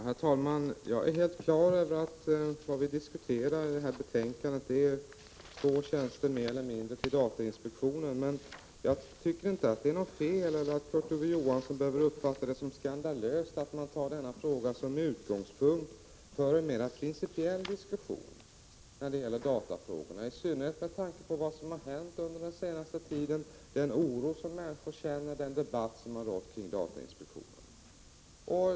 Herr talman! Jag är helt på det klara med att det här betänkandet handlar om två tjänster mer eller mindre till datainspektionen. Jag tycker inte att Kurt Ove Johansson behöver uppfatta det som skandalöst att man tar denna fråga som utgångspunkt för en mer principiell diskussion om datafrågorna, i synnerhet inte med tanke på vad som har hänt den senaste tiden, den oro som människor känner och den debatt som har förts om datainspektionen.